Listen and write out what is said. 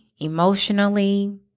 Emotionally